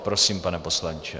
Prosím, pane poslanče.